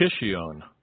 Kishion